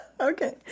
Okay